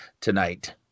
tonight